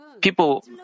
People